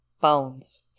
Bones